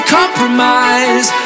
compromise